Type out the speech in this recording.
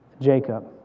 Jacob